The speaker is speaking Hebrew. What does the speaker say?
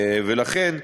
לכן,